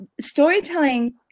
storytelling